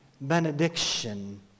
benediction